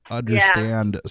understand